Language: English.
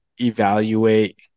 evaluate